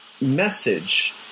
message